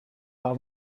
par